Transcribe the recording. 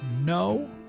no